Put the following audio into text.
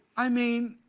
i mean,